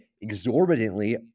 exorbitantly